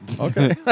okay